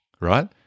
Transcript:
Right